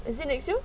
is it next year